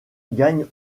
gagne